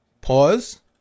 pause